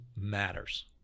matters